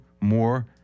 more